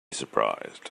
surprised